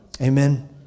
Amen